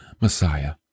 Messiah